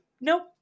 nope